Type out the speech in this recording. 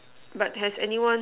but has anyone